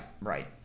right